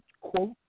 quote